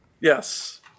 Yes